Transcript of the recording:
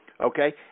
Okay